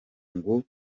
ngo